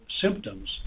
symptoms